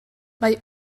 mae